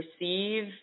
receive